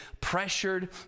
pressured